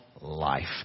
life